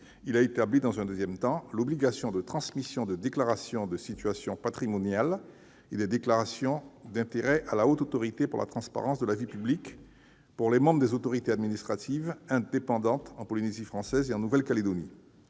Il a rétabli l'obligation de transmission de déclarations de situation patrimoniale et des déclarations d'intérêts à la Haute Autorité pour la transparence de la vie publique pour les membres des autorités administratives indépendantes en Polynésie française et en Nouvelle-Calédonie.